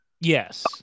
Yes